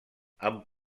amb